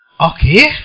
Okay